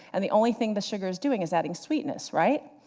and the only thing the sugar is doing is adding sweetness, right?